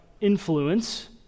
influence